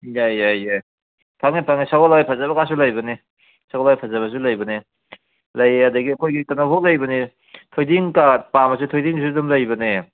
ꯌꯥꯏ ꯌꯥꯏ ꯌꯥꯏ ꯐꯪꯉꯦ ꯐꯪꯉꯦ ꯁꯒꯣꯜ ꯍꯋꯥꯏ ꯐꯖꯕꯒꯥꯁꯨ ꯂꯩꯕꯅꯦ ꯁꯒꯣꯜ ꯍꯋꯥꯏ ꯐꯖꯕꯁꯨ ꯂꯩꯕꯅꯦ ꯂꯩꯌꯦ ꯑꯗꯒꯤ ꯑꯩꯈꯣꯏꯒꯤ ꯀꯩꯅꯣꯐꯥꯎ ꯂꯩꯕꯅꯦ ꯊꯣꯏꯗꯤꯡ ꯄꯥꯝꯃꯁꯨ ꯊꯣꯏꯗꯤꯡꯁꯨ ꯑꯗꯨꯝ ꯂꯩꯕꯅꯦ